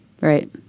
right